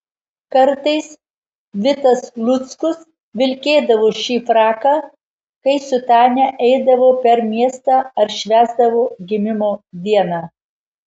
kartais vitas luckus vilkėdavo šį fraką kai su tania eidavo per miestą ar švęsdavo gimimo dieną